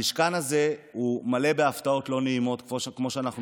המשכן הזה מלא בהפתעות לא נעימות כמו שאנחנו